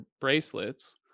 bracelets